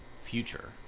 future